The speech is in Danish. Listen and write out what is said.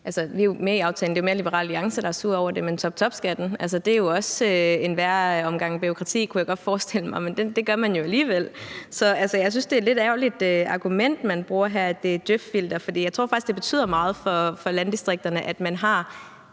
Vi er jo med i aftalen. Det er mere Liberal Alliance, der er sure over det. Det er jo også en værre omgang bureaukrati, kunne jeg godt forestille mig. Men det har man jo gjort alligevel. Så jeg synes, det er et lidt ærgerligt argument, man bruger her, altså at det er et djøf-filter, for jeg tror faktisk, det betyder meget for landdistrikterne, at man har